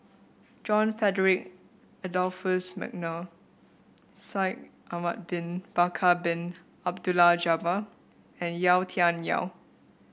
John Frederick Adolphus McNair Shaikh Ahmad Bin Bakar Bin Abdullah Jabbar and Yau Tian Yau